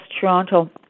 Toronto